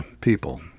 people